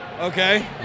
Okay